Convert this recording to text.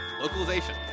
localization